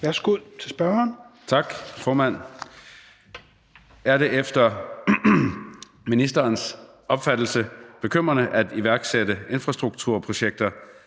Marcus Knuth (KF): Er det efter ministerens opfattelse bekymrende at iværksætte infrastrukturprojekter,